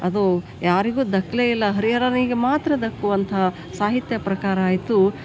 ಅದು ಯಾರಿಗೂ ದಕ್ಕಲೇ ಇಲ್ಲ ಹರಿಹರನಿಗೆ ಮಾತ್ರ ದಕ್ಕುವಂತಹ ಸಾಹಿತ್ಯ ಪ್ರಕಾರ ಆಯಿತು